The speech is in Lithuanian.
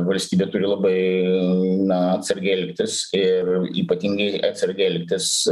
valstybė turi labai na atsargiai elgtis ir ypatingai atsargiai elgtis